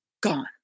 gone